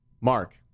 Mark